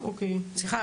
אינסטגרם,